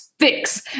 fix